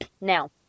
Now